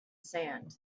sand